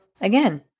again